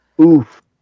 Oof